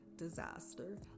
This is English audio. Disaster